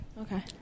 Okay